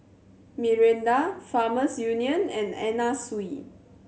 Mirinda Farmers Union and Anna Sui